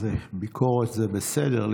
ביקורת זה בסדר,